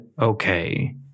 okay